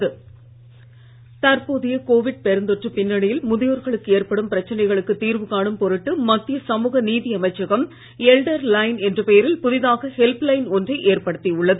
முதியோர்ஹெல்ப்லைன் Covid பெருந்தொற்றுப் பின்னணியில் தற்போதைய முதியோர்களுக்கு ஏற்படும் பிரச்சனைகளுக்கு தீர்வு காணும் பொருட்டு மத்திய சமூக நீதி அமைச்சகம் எல்டர் லைன் என்ற பெயரில் புதிதாக ஹெல்ப் லைன் ஒன்றை ஏற்படுத்தி உள்ளது